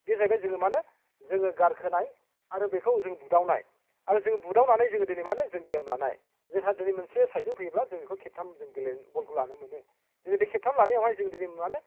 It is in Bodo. बे जाहैबाय जोङो मानो जोङो गारखोनाय आरो बेखौ जों बुदावनाय आरो जोङो बुदावनानै जोङो दिनै मानो जों गेम लानाय जोंहा दिनै मोनसे साइडजों फैयोब्ला जों बेखौ खेबथाम जों गेले बलखौ लानो मोनो जों बे खेबथाम लानायावहाय जों दिनै मानो